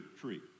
tree